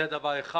זה דבר אחד.